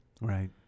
Right